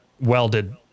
welded